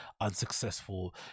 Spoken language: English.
unsuccessful